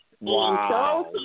Wow